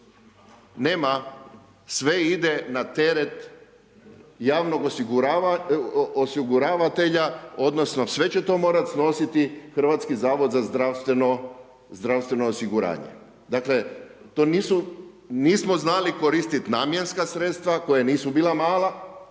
nema. Sve ide na teret javnog osiguravatelja odnosno sve će to morat snositi Hrvatski zavod za zdravstveno osiguranje. Dakle nismo znali koristiti namjenska sredstva koja nisu bila mala.